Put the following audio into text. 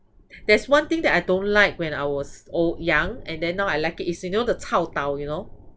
there's one thing that I don't like when I was old young and then now I like it's you know the chao tau you know